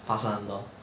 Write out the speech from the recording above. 发生很多